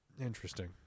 Interesting